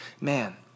man